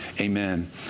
amen